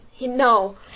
No